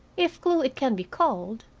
if clue it can be called,